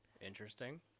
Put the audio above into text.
Interesting